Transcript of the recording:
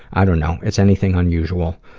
i don't know, it's anything unusual.